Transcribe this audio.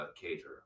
cater